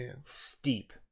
Steep